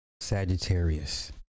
sagittarius